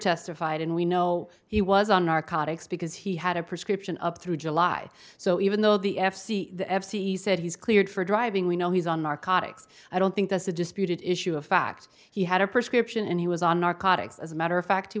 testified and we know he was on narcotics because he had a prescription up through july so even though the f c c said he's cleared for driving we know he's on narcotics i don't think that's a disputed issue of fact he had a prescription and he was on narcotics as a matter of fact he